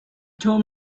told